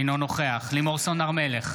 אינו נוכח לימור סון הר מלך,